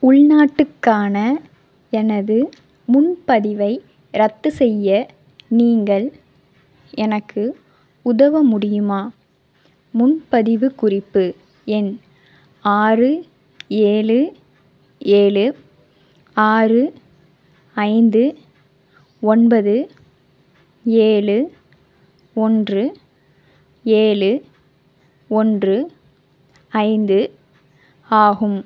உள்நாட்டுக்கான எனது முன்பதிவை ரத்து செய்ய நீங்கள் எனக்கு உதவ முடியுமா முன்பதிவு குறிப்பு எண் ஆறு ஏழு ஏழு ஆறு ஐந்து ஒன்பது ஏழு ஒன்று ஏழு ஒன்று ஐந்து ஆகும்